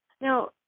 Now